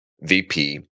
VP